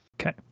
Okay